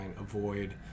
avoid